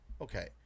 Okay